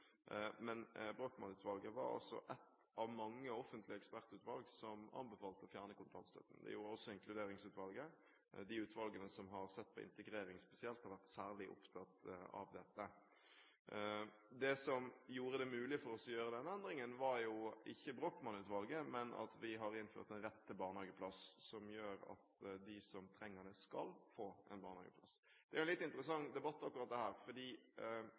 Men Brochmann-utvalget var altså ett av mange offentlige ekspertutvalg som anbefalte å fjerne kontantstøtten. Det gjorde også Inkluderingsutvalget. De utvalgene som har sett på integrering spesielt, har vært særlig opptatt av dette. Det som gjorde det mulig for oss å gjøre denne endringen, var ikke Brochmann-utvalgets rapport, men at vi har innført en rett til barnehageplass, som gjør at de som trenger det, skal få en barnehageplass. Akkurat dette er en litt interessant debatt,